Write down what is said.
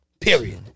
Period